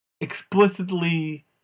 explicitly